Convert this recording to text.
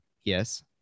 yes